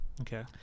okay